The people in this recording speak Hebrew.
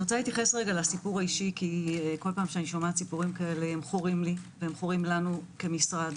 שומעת סיפור אישי, הם חורים לי ולנו כמשרד,